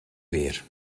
weer